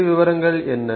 புள்ளிவிவரங்கள் என்ன